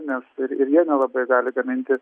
nes ir ir jie nelabai gali gaminti